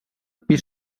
pis